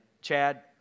Chad